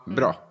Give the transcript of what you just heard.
bra